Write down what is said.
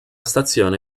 stazione